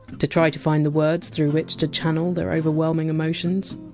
to try to find the words through which to channel their overwhelming emotions?